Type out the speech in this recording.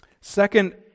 Second